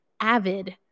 Avid